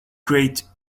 great